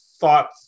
thought